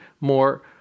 more